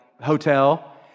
hotel